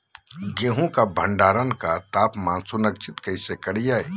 गेहूं का भंडारण का तापमान सुनिश्चित कैसे करिये?